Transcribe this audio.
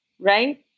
right